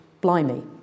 blimey